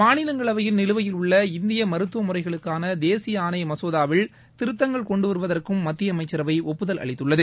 மாநிலங்களவையில் நிலுவையில் உள்ள இந்திய மருத்துவ முறைகளுக்கான தேசிய ஆணைய மசோதாவில் திருத்தங்கள் கொண்டு வருவதற்கு மத்திய அமைச்சரவை ஒப்புதல் அளித்துள்ளது